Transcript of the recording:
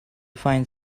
find